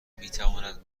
میتواند